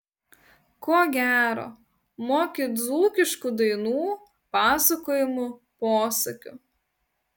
ko gero moki dzūkiškų dainų pasakojimų posakių